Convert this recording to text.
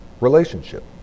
relationship